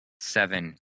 Seven